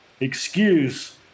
excuse